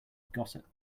gossip